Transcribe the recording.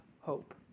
hope